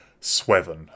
Sweven